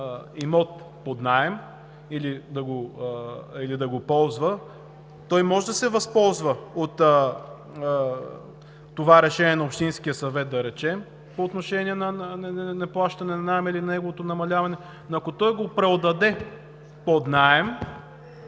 имот под наем или да го ползва, той може да се възползва от това решение на общинския съвет, да речем, по отношение на неплащане на наем или на неговото намаляване, но ако той го преотдаде под наем